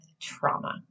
trauma